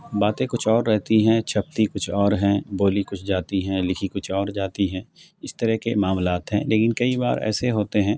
باتیں کچھ اور رہتی ہیں چھپتی کچھ اور ہیں بولی کچھ جاتی ہیں لکھی کچھ اور جاتی ہیں اس طرح کے معاملات ہیں لیکن کئی بار ایسے ہوتے ہیں